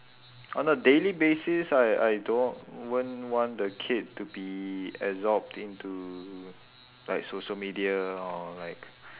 on a daily basis I I don't wa~ won't want the kid to be absorbed into like social media or like